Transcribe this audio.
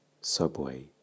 subway